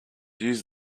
use